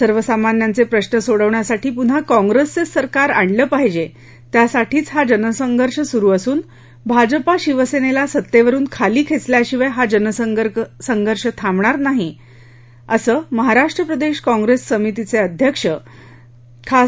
सर्वसामान्यांचे प्रश्न सोडवण्यासाठी पुन्हा काँप्रेसचेच सरकार आणले पाहिजे त्यासाठीच हा जनसंघर्ष सुरू असून भाजप शिवसेनेला सत्तेवरून खाली खेचल्याशिवाय हा जनसंघर्ष थांबणार नाही असा घणाघात महाराष्ट् प्रदेश काँग्रेस कमितीचे अध्यक्ष खा